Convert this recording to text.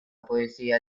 poesía